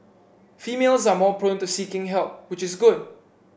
females are more prone to seeking help which is good